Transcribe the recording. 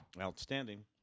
Outstanding